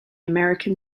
american